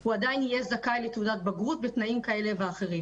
הוא עדיין יהיה זכאי לתעודת בגרות בתנאים כאלו ואחרים.